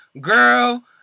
Girl